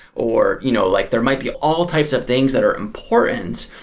or you know like there might be all types of things that are important.